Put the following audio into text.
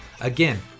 again